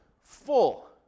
full